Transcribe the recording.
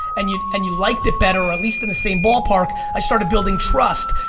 and you and you liked it better, or at least in the same ball park i started building trust.